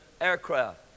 aircraft